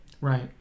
Right